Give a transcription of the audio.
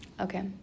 Okay